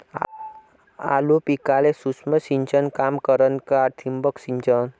आलू पिकाले सूक्ष्म सिंचन काम करन का ठिबक सिंचन?